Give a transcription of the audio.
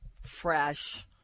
fresh